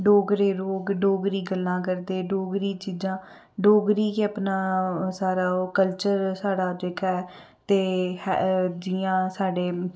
डोगरे लोक डोगरी गल्लां करदे डोगरी चीजां डोगरी गै अपना सारा ओह् कल्चर स्हाड़ा जेह्का ऐ ते है जियां साड्ढे